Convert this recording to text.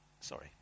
Sorry